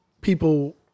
people